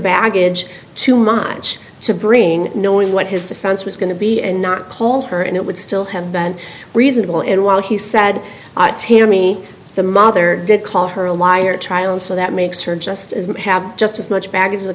baggage too much to bring knowing what his defense was going to be and not call her and it would still have been reasonable in while he said to me the mother did call her a liar trial and so that makes her just as would have just as much baggage as the